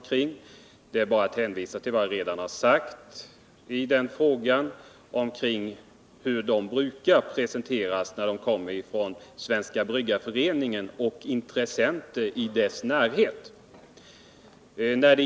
Jag kan bara hänvisa till det jag redan har sagt om hur de brukar presenteras när de kommer från Svenska bryggareföreningen och intressenter i dess närhet.